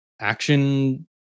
action